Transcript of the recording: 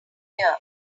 here